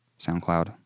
SoundCloud